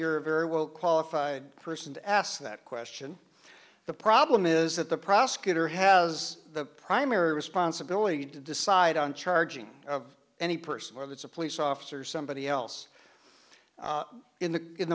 you're very well qualified person to ask that question the problem is that the prosecutor has the primary responsibility to decide on charging of any person or that's a police officer or somebody else in the in